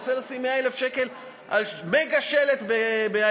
רוצה לשים 100,000 שקל על מגה-שלט באיילון,